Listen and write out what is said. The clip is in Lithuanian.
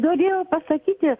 norėjau pasakyti